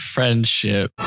Friendship